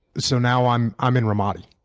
so now i'm i'm in ramadi.